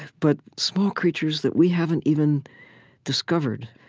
but small creatures that we haven't even discovered.